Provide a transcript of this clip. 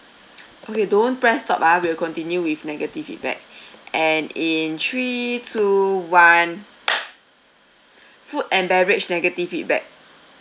okay don't press stop ah we'll continue with negative feedback and in three two one food and beverage negative feedback